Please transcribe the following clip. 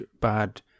bad